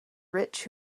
rich